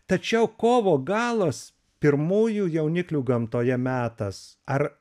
tačiau kovo galas pirmųjų jauniklių gamtoje metas ar